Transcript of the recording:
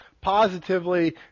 positively